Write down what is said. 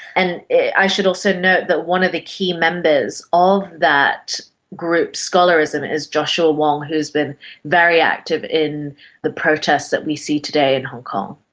and i should also note that one of the key members of that group scholarism is joshua wong who has been very active in the protests that we see today in hong kong.